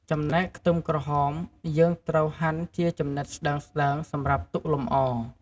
ចំណែក ខ្ទឹមក្រហមយើងត្រូវហាន់ជាចំណិតស្ដើងៗសម្រាប់ទុកលម្អ។